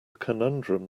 conundrum